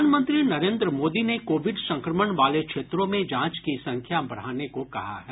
प्रधानमंत्री नरेन्द्र मोदी ने कोविड संक्रमण वाले क्षेत्रों में जांच की संख्या बढ़ाने को कहा है